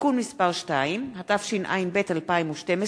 (תיקון מס' 2), התשע"ב 2012,